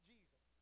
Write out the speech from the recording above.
Jesus